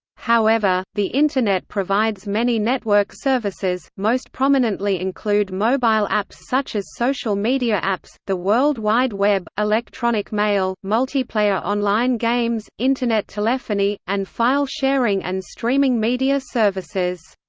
however, the internet provides many network services, most prominently include mobile apps such as social media apps, the world wide web, electronic mail, multiplayer online games, internet telephony, and file sharing and streaming media services.